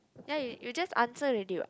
there you you just answer already what